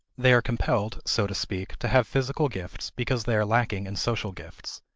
they are compelled, so to speak, to have physical gifts because they are lacking in social gifts.